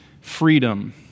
freedom